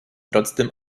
trotzdem